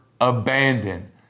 abandoned